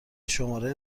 شماره